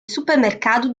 supermercado